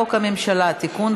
הממשלה (תיקון,